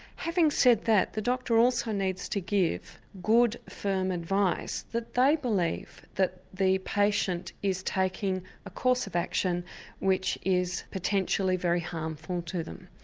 having said that, the doctor also needs to give good firm advice that they believe that the patient is taking a course of action which is potentially very harmful to them.